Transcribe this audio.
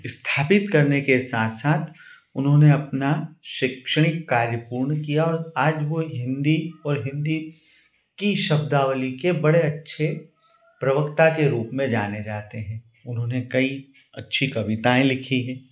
स्थापित करने के साथ साथ उन्होंने अपना शैक्षणिक कार्य पूर्ण किया और आज वह हिन्दी और हिन्दी की शब्दावली के बड़े अच्छे प्रवक्ता के रूप में जाने जाते हैं उन्होंने कई अच्छी कविताएँ लिखी हैं